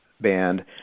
band